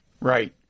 Right